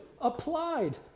applied